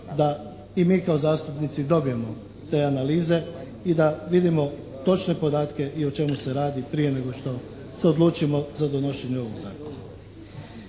da i mi kao zastupnici dobijemo te analize i da vidimo i točne podatke i o čemu se radi prije nego što se odlučimo za donošenje ovog zakona.